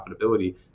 profitability